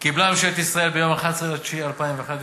קיבלה ממשלת ישראל ביום 11 בספטמבר 2011